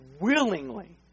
Willingly